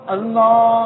Allah